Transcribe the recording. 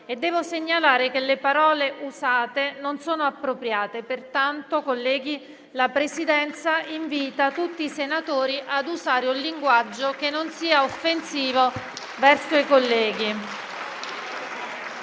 devo segnalare che le parole usate non sono appropriate. Pertanto, colleghi, la Presidenza invita tutti i senatori ad usare un linguaggio che non sia offensivo verso i colleghi.